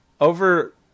Over